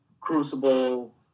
Crucible